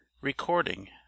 Recording